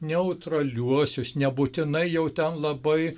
neutraliuosius nebūtinai jau ten labai